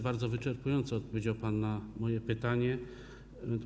Bardzo wyczerpująco odpowiedział pan na moje pytanie.